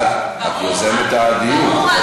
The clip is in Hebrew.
ברור, את יוזמת הדיון.